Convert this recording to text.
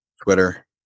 Twitter